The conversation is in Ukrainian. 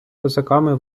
козаками